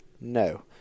No